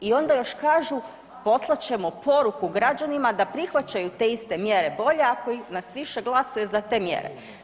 I onda još kažu poslat ćemo poruku građanima da prihvaćaju te iste mjere bolje ako nas više glasuje za te mjere.